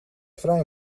vrij